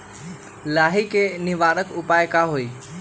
लाही के निवारक उपाय का होई?